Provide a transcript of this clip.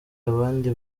abandi